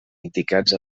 indicats